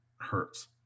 hurts